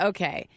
Okay